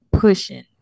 pushing